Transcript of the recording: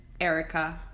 Erica